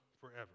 forever